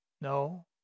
No